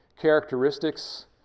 characteristics